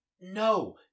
No